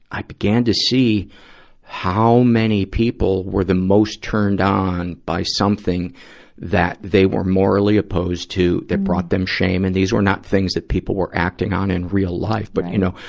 i began to see how many people were the most turned on by something that they were morally opposed to that brought them shame. and these were not things that people were acting on in real life. but, you know,